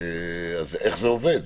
איך זה עובד?